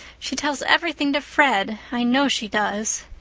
she tells everything to fred i know she does.